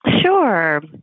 Sure